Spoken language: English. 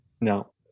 no